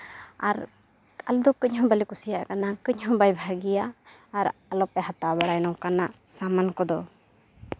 ᱟᱨ ᱟᱞᱮ ᱫᱚ ᱠᱟᱹᱡ ᱦᱚᱸ ᱵᱟᱞᱮ ᱠᱩᱥᱤᱭᱟᱜ ᱠᱟᱱᱟ ᱠᱟᱹᱡ ᱦᱚᱸ ᱵᱟᱭ ᱵᱷᱟᱹᱜᱤᱭᱟ ᱟᱨ ᱟᱞᱚ ᱯᱮ ᱦᱟᱛᱟᱣ ᱵᱟᱲᱟᱭᱟ ᱱᱚᱝᱠᱟᱱᱟᱜ ᱥᱟᱢᱟᱱ ᱠᱚᱫᱚ